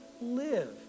live